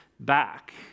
back